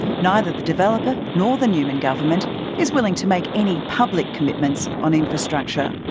neither the developer nor the newman government is willing to make any public commitments on infrastructure.